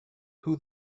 who